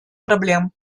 проблем